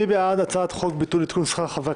מי בעד הצעת חוק ביטול עדכון שכר חברי